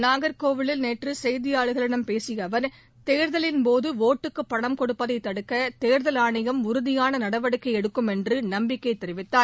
நாகர்கோயிலில் நேற்று செய்தியாளர்களிடம் பேசிய அவர் தேர்தலின்போது ஒட்டுக்கு பணம் கொடுப்பதை தடுக்க தேர்தல் ஆணையம் உறுதியான நடவடிக்கை எடுக்கும் என்று நம்பிக்கை தெரிவித்தார்